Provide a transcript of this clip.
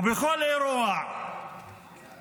ובכל אירוע גדול,